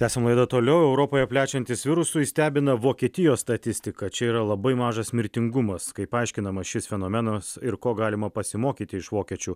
tęsiam laidą toliau europoje plečiantis virusui stebina vokietijos statistika čia yra labai mažas mirtingumas kaip paaiškinamas šis fenomenas ir ko galima pasimokyti iš vokiečių